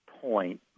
point